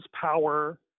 power